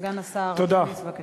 סגן השר אקוניס, בבקשה.